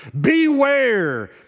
Beware